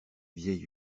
vieil